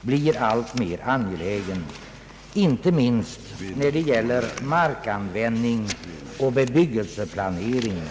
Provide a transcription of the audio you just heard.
blir alltmera angelägen, inte minst när det gäller markanvändning och bebyggelseplanering.